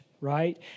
right